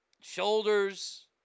Shoulders